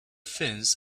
fins